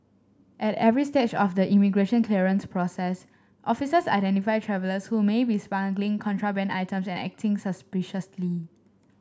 at every stage of the immigration clearance process officers identify travellers who may be smuggling contraband items and acting suspiciously